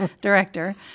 director